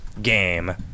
game